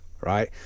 right